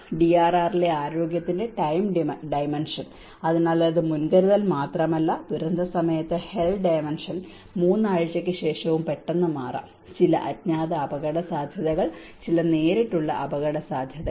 DRR ലെ ആരോഗ്യത്തിന്റെ time dimension അതിനാൽ അത് മുൻകരുതൽ മാത്രമല്ല ദുരന്തസമയത്ത് ഹെൽ ഡിമെൻഷൻ 3 ആഴ്ചയ്ക്ക് ശേഷവും പെട്ടെന്ന് മാറാം ചില അജ്ഞാത അപകടസാധ്യതകൾ ചില നേരിട്ടുള്ള അപകടസാധ്യതകൾ